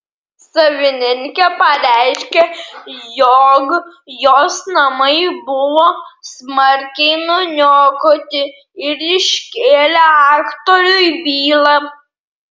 savininkė pareiškė jog jos namai buvo smarkiai nuniokoti ir iškėlė aktoriui bylą